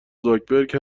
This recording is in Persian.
زاکبرک